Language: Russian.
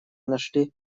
нашли